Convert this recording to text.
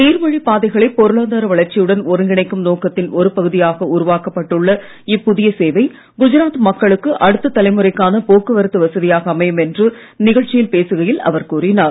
நீர்வழிப் பாதைகளை பொருளாதார வளர்ச்சியுடன் ஒருங்கிணைக்கும் நோக்கத்தின் ஒரு பகுதியாக உருவாக்கப்பட்டுள்ள இப்புதிய சேவை குஜராத் மக்களுக்கு அடுத்த தலைமுறைக்கான போக்குவரத்து வசதியாக அமையும் என்று நிகழ்ச்சியில் பேசுகையில் அவர் கூறினார்